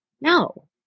no